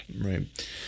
Right